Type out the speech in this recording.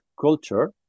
culture